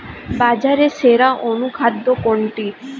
বাজারে সেরা অনুখাদ্য কোনটি?